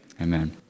amen